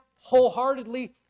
wholeheartedly